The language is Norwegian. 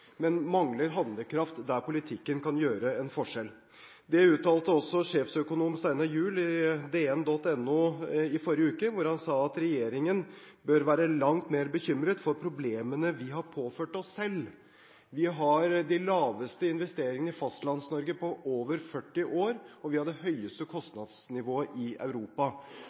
men mangler handlekraft der politikken kan gjøre en forskjell. Det uttalte også sjefsøkonom Steinar Juel på DN.no i forrige uke, hvor han sa at regjeringen bør være langt mer bekymret for problemene vi har påført oss selv. Vi har de laveste investeringene i Fastlands-Norge på over 40 år, og vi har det høyeste kostnadsnivået i Europa.